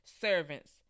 servants